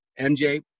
MJ